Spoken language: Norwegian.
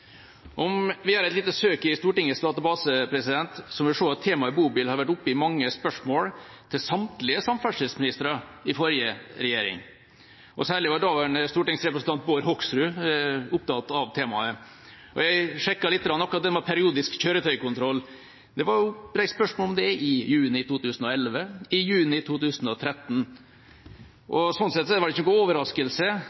Om vi gjør et lite søk i Stortingets database, vil vi se at temaet bobil har vært oppe i mange spørsmål til samtlige samferdselsministre i forrige regjering. Særlig var daværende stortingsrepresentant Bård Hoksrud opptatt av temaet. Jeg sjekket lite grann akkurat det med periodisk kjøretøykontroll. Det var reist spørsmål om det i juni 2011og i juni 2013. Sånn sett er det vel ikke noen overraskelse